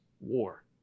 war